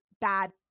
bad